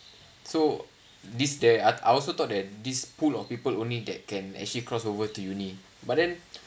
so this there I also thought that this pool of people only that can actually crossed over to uni but then